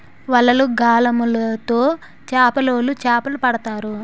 వలలు, గాలములు తో చేపలోలు చేపలు పడతారు